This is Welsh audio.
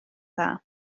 dda